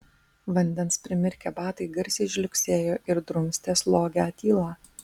vandens primirkę batai garsiai žliugsėjo ir drumstė slogią tylą